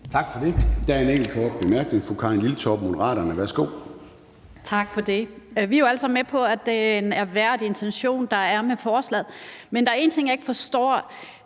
er jo alle sammen med på, at det er en ærværdig intention, der er med forslaget. Men der er en ting, jeg ikke forstår,